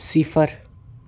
सिफर